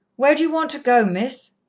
where d'you want to go, miss?